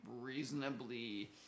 reasonably